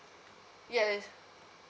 yes